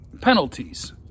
penalties